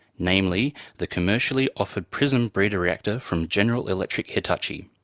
namely the commercially offered prism breeder reactor from general electric hitachi.